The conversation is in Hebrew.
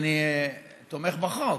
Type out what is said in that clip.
שאני תומך בחוק,